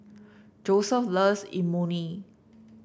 Joeseph loves Imoni